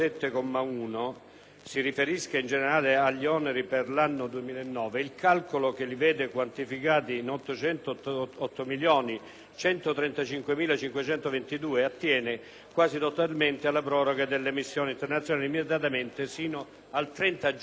si riferisca in generale agli oneri per l'anno 2009, il calcolo che li vede quantificati in 808.135.522 attiene quasi totalmente alla proroga delle missioni internazionali limitatamente sino al 30 giugno 2009.